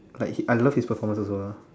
like I love his performance also ah